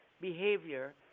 Behavior